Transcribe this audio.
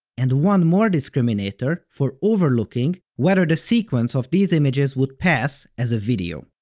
and one more discriminator for overlooking whether the sequence of these images would pass as a video.